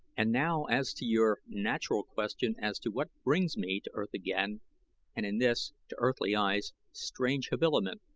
and now as to your natural question as to what brings me to earth again and in this, to earthly eyes, strange habiliment.